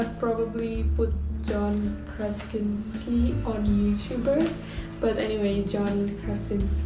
ah probably put john krasinski on youtuber but anyway john krasinski